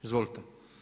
Izvolite.